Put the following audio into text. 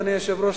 אדוני היושב-ראש,